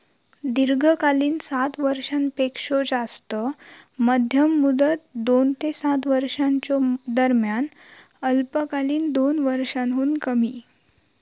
दीर्घकालीन सात वर्षांपेक्षो जास्त, मध्यम मुदत दोन ते सात वर्षांच्यो दरम्यान, अल्पकालीन दोन वर्षांहुन कमी